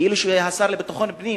כאילו שהשר לביטחון פנים,